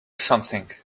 something